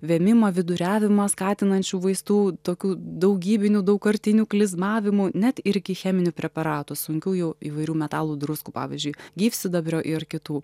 vėmimą viduriavimą skatinančių vaistų tokių daugybinių daugkartinių klizmavimų net iki cheminių preparatų sunkiųjų įvairių metalų druskų pavyzdžiui gyvsidabrio ir kitų